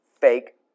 fake